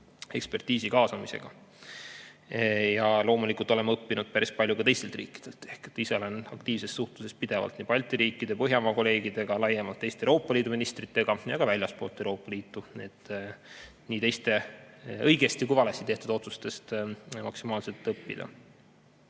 ekspertiisi kaasamisega. Ja loomulikult oleme õppinud päris palju ka teistelt riikidelt. Ise olen aktiivses suhtluses pidevalt nii Balti riikide ja Põhjamaa kolleegidega kui ka laiemalt teiste Euroopa Liidu ministritega, samuti väljastpoolt Euroopa Liitu, et nii teiste õigesti kui ka valesti tehtud otsustest maksimaalselt õppida.